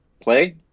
Play